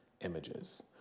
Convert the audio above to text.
images